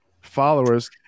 followers